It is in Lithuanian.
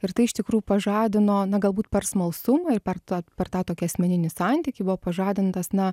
ir tai iš tikrųjų pažadino na galbūt per smalsumą ir per per tą tokį asmeninį santykį buvo pažadintas na